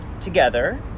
together